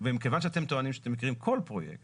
ומכיוון שאתם טוענים שאתם מכירים כל פרויקט